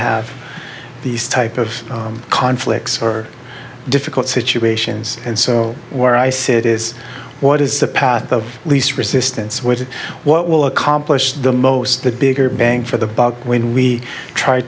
have these type of conflicts or difficult situations and so where i sit is what is the path of least resistance which is what will accomplish the most the bigger bang for the buck when we try